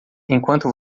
enquanto